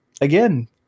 Again